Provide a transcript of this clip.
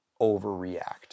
overreact